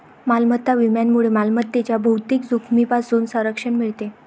मालमत्ता विम्यामुळे मालमत्तेच्या बहुतेक जोखमींपासून संरक्षण मिळते